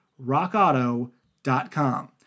Rockauto.com